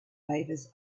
favours